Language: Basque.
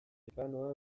dekanoa